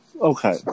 Okay